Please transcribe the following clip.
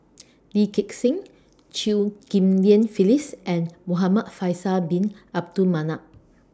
Lee Gek Seng Chew Ghim Lian Phyllis and Muhamad Faisal Bin Abdul Manap